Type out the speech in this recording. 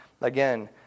Again